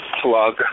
plug